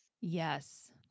yes